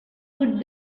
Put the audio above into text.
would